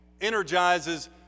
energizes